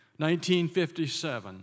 1957